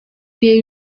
reba